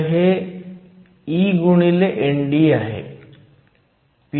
तर हे e ND आहे